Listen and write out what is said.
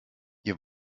ihr